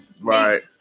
Right